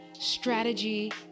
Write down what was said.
strategy